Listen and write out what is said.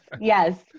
yes